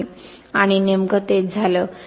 आणि नेमकं तेच झालं